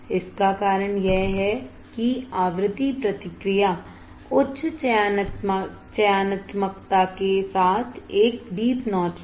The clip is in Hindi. इसका कारण यह है कि आवृत्ति प्रतिक्रिया उच्च चयनात्मकता के साथ एक डीप नॉच था